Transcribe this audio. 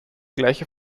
gleiche